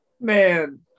man